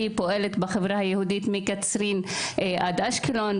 היא פועלת בחברה היהודית מקצרין עד אשקלון,